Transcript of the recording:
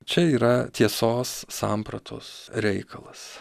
čia yra tiesos sampratos reikalas